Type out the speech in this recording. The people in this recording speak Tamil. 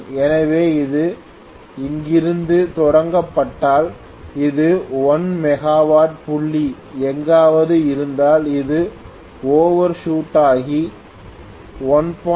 எனவே இது இங்கிருந்து தொடங்கப்பட்டால் அது 1 மெகாவாட் புள்ளி எங்காவது இருந்தால் அது ஓவர் ஷூட் ஆகி 1